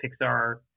Pixar –